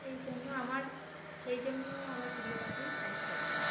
সেই জন্য আমার সেই জন্য আমার প্রিয় পাখি শালিক পাখি